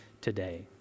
today